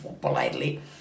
politely